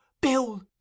Bill